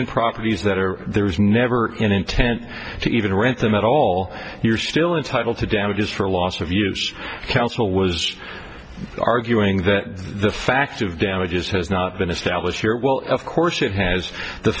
in properties that are there was never an intent to even rent them at all you're still entitle to damages for loss of years counsel was arguing that the fact of damages has not been established here well of course it has the